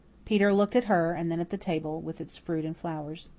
peter looked at her and then at the table, with its fruit and flowers.